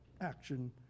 action